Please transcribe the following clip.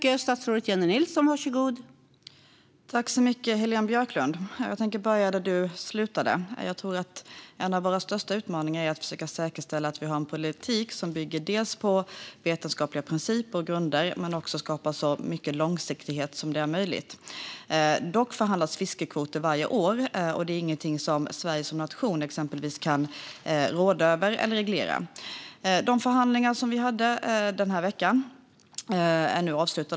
Fru talman! Tack så mycket för frågan, Heléne Björklund! Jag tänker börja där du slutade. Jag tror att en av våra största utmaningar är att försöka säkerställa att vi har en politik som dels bygger på vetenskapliga principer och grunder, dels skapas med så mycket långsiktighet som möjligt. Dock förhandlas fiskekvoter varje år. Det är ingenting som exempelvis Sverige som nation kan råda över eller reglera. De förhandlingar som vi hade den här veckan är nu avslutade.